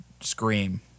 scream